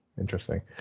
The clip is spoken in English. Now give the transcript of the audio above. Interesting